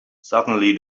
suddenly